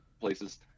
places